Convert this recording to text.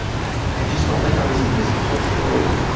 i i just felt like i was in this cultural